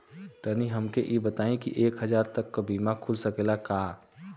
तनि हमके इ बताईं की एक हजार तक क बीमा खुल सकेला का?